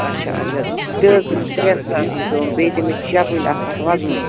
اچھا اچھا تہٕ دِ حظ تیٚلہِ ترٛٮ۪ن ساسَن ژٕ یِم بیٚیہِ دِ مےٚ چپٕلۍ اکھ اتھ وۄزمٕے